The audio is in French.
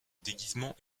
déguisement